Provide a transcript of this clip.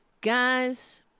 Guys